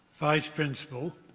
vice principal,